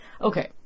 Okay